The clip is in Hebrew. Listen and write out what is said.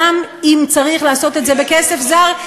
גם אם צריך לעשות את זה בכסף זר,